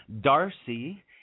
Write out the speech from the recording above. Darcy